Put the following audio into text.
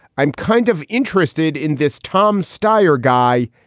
i'm kind of interested in this tom stier guy.